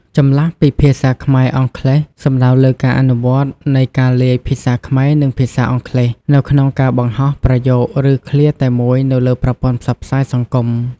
ចម្លាស់ពីភាសាខ្មែរ-អង់គ្លេស សំដៅលើការអនុវត្តនៃការលាយភាសាខ្មែរ និងភាសាអង់គ្លេស នៅក្នុងការបង្ហោះ ប្រយោគ ឬឃ្លាតែមួយនៅលើប្រព័ន្ធផ្សព្វផ្សាយសង្គម។